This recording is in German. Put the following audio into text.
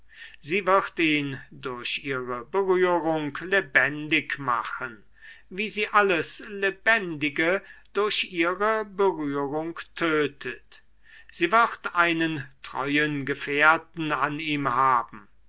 sie wird ihn durch ihre berührung lebendig machen wie sie alles lebendige durch ihre berührung tötet sie wird einen treuen gefährten an ihm haben